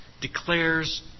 declares